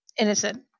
innocent